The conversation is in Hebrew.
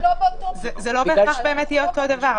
אנחנו לא באותו --- זה לא בהכרח יהיה אותו דבר,